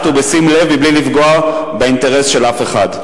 ובשים לב בלי לפגוע באינטרס של אף אחד.